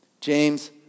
James